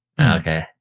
Okay